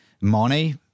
money